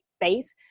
faith